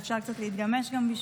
וגם אפשר קצת להתגמש בשבילן.